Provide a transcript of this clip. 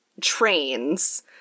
trains